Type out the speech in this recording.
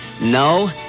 No